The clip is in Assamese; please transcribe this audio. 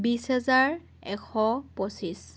বিশ হেজাৰ এশ পঁচিছ